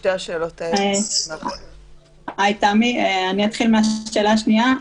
אני אתחיל מהשאלה השנייה.